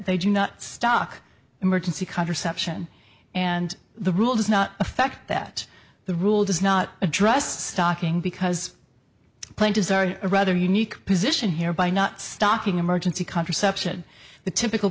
they do not stock emergency contraception and the rule does not effect that the rule does not address stocking because plaintiffs are a rather unique position here by not stocking emergency contraception the typical